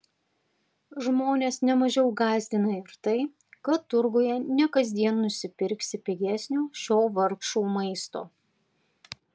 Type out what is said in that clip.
žmones ne mažiau gąsdina ir tai kad turguje ne kasdien nusipirksi pigesnio šio vargšų maisto